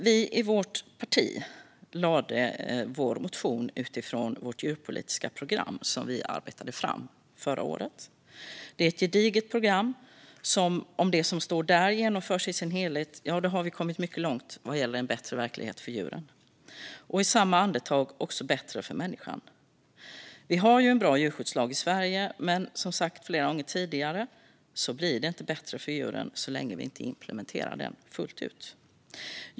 Vi i vårt parti väckte en motion utifrån vårt djurpolitiska program, som vi arbetade fram förra året. Det är ett gediget program. Om det som står där genomfördes i sin helhet, ja, då skulle vi komma mycket långt vad gäller en bättre verklighet för djuren - och i samma andetag också bättre för människan. Vi har ju en bra djurskyddslag i Sverige, men som har sagts flera gånger tidigare blir det inte bättre för djuren så länge vi inte implementerar den fullt ut.